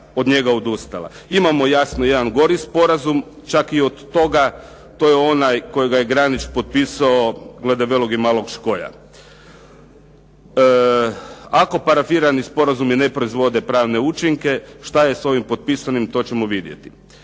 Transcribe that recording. od njega odustala. Imamo jasno jedan gori sporazum, čak i gori od toga. To je onaj kojega je Granić potpisao glede Velog i Malog Škoja. Ako parafirani sporazumi ne proizvode pravne učinke, što je s ovim potpisanim, to ćemo vidjeti.